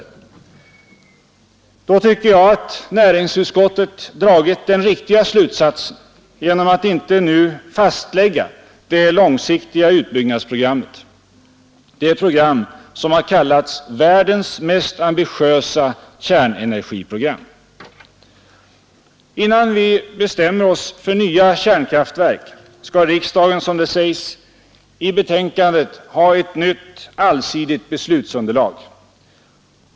I det läget tycker jag att näringsutskottet har handlat riktigt då utskottet inte velat lägga fast det långsiktiga utbyggnadsprogrammet, det program som har kallats världens mest ambitiösa kärnenergiprogram. Innan vi bestämmer oss för nya kärnkraftverk skall riksdagen, som det sägs i utskottets betänkande, ha ett nytt allsidigt beslutsunderlag.